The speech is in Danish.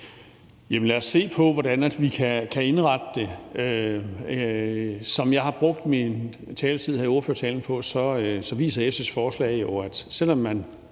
Lad os se på, hvordan vi kan indrette det. Som jeg har brugt min taletid her i ordførertalen på at sige, viser SF's forslag jo, at man, selv om man